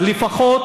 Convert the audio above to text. אז לפחות,